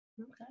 Okay